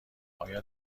آیا